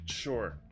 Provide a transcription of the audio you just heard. Sure